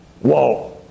Whoa